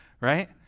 right